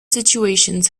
situations